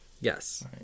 Yes